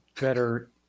better